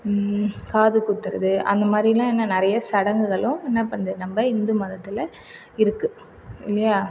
காது குத்துறது அந்த மாதிரிலான் என்ன நிறைய சடங்குகளும் என்ன பண்ணது நம்ப இந்து மதத்தில் இருக்குது இல்லையா